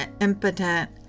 impotent